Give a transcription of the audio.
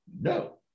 no